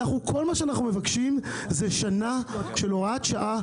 כל מה שאנחנו מבקשים זה שנה של הוראת שעה,